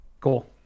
Cool